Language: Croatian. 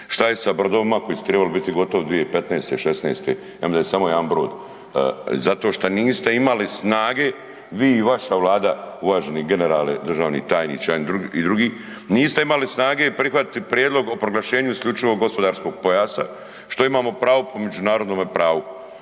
Šta je sa brodovima koji su tribali biti gotovi 2015., '16.-te? Ja mislim da je samo jedan brod. Zato šta niste imali snage vi i vaša vlada uvaženi generale državni tajniče i drugi, niste imali snage prihvatiti prijedlog o proglašenju IGP-a, što imamo pravo po međunarodnome pravu.